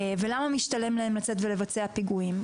ולמה משתלם להם לצאת ולבצע פיגועים?